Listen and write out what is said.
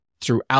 throughout